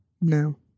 No